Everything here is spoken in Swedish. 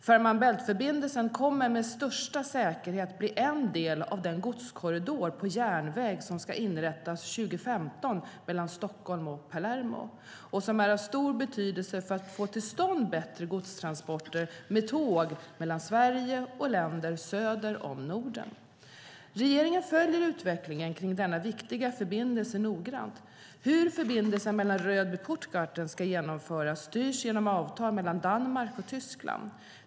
Fehmarn Bält-förbindelsen kommer med största säkerhet att bli en del av den godskorridor på järnväg som 2015 ska inrättas mellan Stockholm och Palermo och som är av stor betydelse för att få till stånd bättre godstransporter med tåg mellan Sverige och länder söder om Norden. Regeringen följer utvecklingen kring denna viktiga förbindelse noggrant. Hur förbindelsen mellan Rödby och Puttgarden ska genomföras styrs genom avtal mellan Danmark och Tyskland.